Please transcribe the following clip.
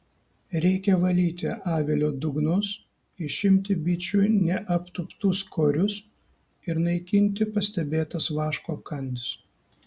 reikia valyti avilio dugnus išimti bičių neaptūptus korius ir naikinti pastebėtas vaško kandis